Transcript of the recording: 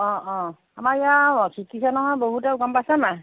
অঁ অঁ আমাৰ ইয়াৰো শিকিছে নহয় বহুতে গম পাইছা নাই